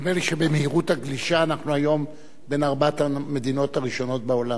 נדמה לי שבמהירות הגלישה אנחנו היום בין ארבע המדינות הראשונות בעולם.